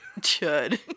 Chud